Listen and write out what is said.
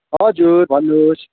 हजुर भन्नुहोस्